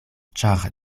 ĉar